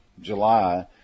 July